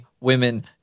women